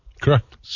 Correct